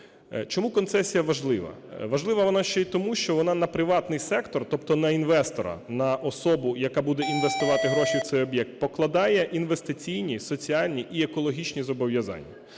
Чому концесія важлива? Важлива вона ще й тому, що вона на приватний сектор, тобто на інвестора, на особу, яка буде інвестувати гроші в цей об'єкт, покладає інвестиційні, соціальні і екологічні зобов'язання.